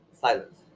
silence